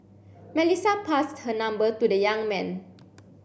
Melissa passed her number to the young man